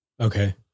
Okay